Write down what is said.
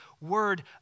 word